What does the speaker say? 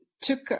took